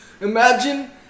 Imagine